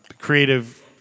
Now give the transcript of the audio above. Creative